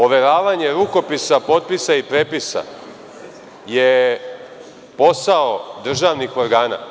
Overavanje rukopisa, potpisa i prepisa je posao državnih organa.